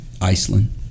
Iceland